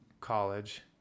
college